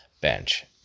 bench